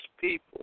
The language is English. people